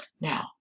now